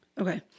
okay